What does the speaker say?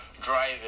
drive